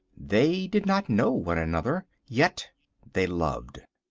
they did not know one another. yet they loved.